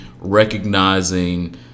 recognizing